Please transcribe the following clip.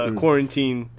quarantine